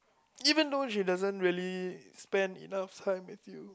even though she doesn't really spend enough time with you